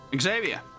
Xavier